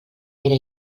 era